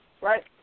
right